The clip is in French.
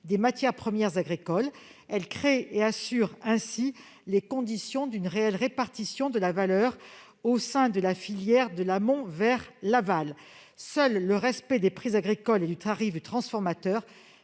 des matières premières agricoles. Elle crée et assure ainsi les conditions d'une réelle répartition de la valeur au sein de la filière de l'amont vers l'aval. Seul le respect des prix agricoles et des tarifs du transformateur